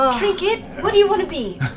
ah trinket, what do you want to be?